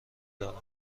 دارند